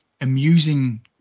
amusing